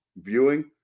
viewing